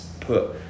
put